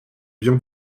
bien